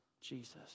Jesus